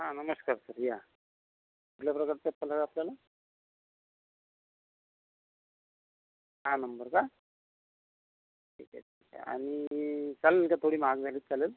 हा नमस्कार सर या कुठल्या प्रकारची चप्पल हवी आहे आपल्याला सहा नंबर का ठीक आहे ठीक आहे आणि चालेल का थोडी महाग झाली तर चालेल